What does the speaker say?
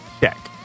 check